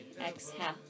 Exhale